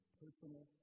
personal